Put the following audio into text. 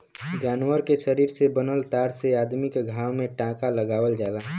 जानवर के शरीर से बनल तार से अदमी क घाव में टांका लगावल जाला